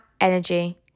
energy